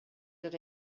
that